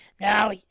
Now